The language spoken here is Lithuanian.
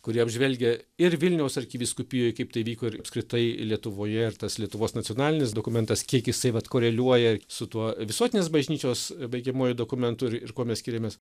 kuri apžvelgia ir vilniaus arkivyskupijoj kaip tai vyko ir apskritai lietuvoje ir tas lietuvos nacionalinis dokumentas kiek jisai vat koreliuoja su tuo visuotinės bažnyčios baigiamuoju dokumentu ir ir kuo mes skiriamės